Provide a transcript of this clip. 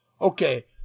Okay